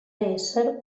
ésser